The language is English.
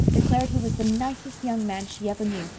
declared he was the nicest young man she ever knew,